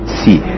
see